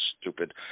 stupid